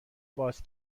باز